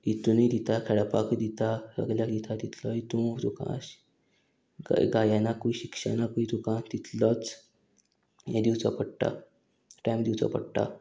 हितूनय दिता खेळपाकूय दिता सगल्याक दिता तितलो हितू तुका गायनाकूय शिक्षनाकूय तुका तितलोच हें दिवचो पडटा टायम दिवचो पडटा